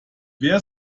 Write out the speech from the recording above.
wer